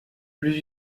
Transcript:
plus